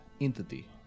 entity